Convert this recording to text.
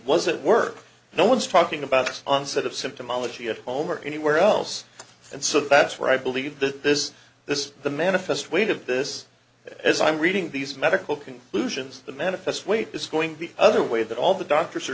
at work no one's talking about this onset of symptomology at home or anywhere else and so that's where i believe that this this is the manifest weight of this as i'm reading these medical conclusions the manifest weight is going the other way that all the doctors are